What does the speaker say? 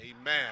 amen